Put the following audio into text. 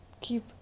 keep